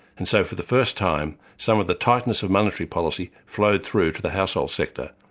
and so for the first time, some of the tightness of monetary policy flowed through to the household sector.